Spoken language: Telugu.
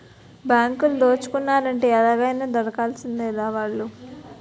బాంకులు దోసుకున్నారంటే ఎలాగైనా దొరికిపోవాల్సిందేరా ఆల్లు